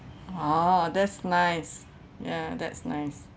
oh that's nice ya that's nice